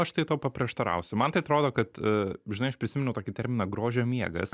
aš tai tau paprieštarausiu man tai atrodo kad žinai aš prisiminiau tokį terminą grožio miegas